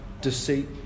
deceit